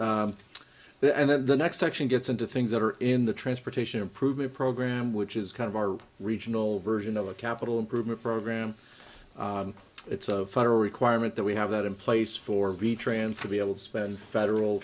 there and then the next section gets into things that are in the transportation improvement program which is kind of our regional version of a capital improvement program it's a federal requirement that we have that in place for the transfer be able to spend federal